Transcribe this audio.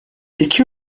i̇ki